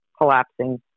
collapsing